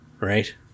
Right